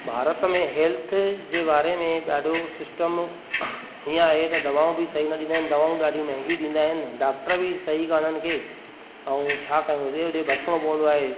भारत में हेल्थ जे बारे में ॾाढो सिस्टम हीअं आहे त दवाऊं बि सही न ॾींदा आहिनि दवाऊं ॾाढी महांगियूं ॾींदा आहिनि डाक्टर बि सही कोन्ह आहिनि के ऐं छा कयूं एॾे ओॾो भटिकिणो पवंदो आहे